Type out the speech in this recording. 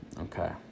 Okay